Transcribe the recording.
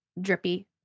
drippy